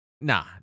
Nah